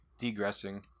degressing